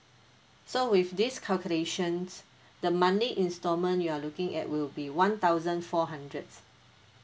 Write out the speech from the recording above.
so with this calculations the monthly instalment you are looking at will be one thousand four hundreds